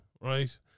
Right